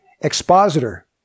expositor